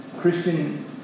Christian